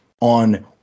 on